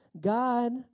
God